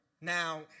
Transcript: Now